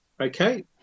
Okay